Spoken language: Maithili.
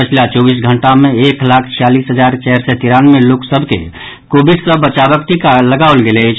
पछिला चौबीस घंटा मे एक लाख छियालीस हजार चारि सय तिरानवे लोक सभ के कोविड सॅ बचावक टीका लगाओल गेल अछि